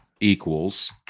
equals